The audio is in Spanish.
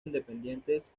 independientes